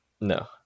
No